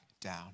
down